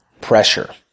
pressure